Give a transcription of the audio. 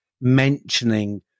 mentioning